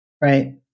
right